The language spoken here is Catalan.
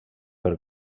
per